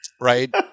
right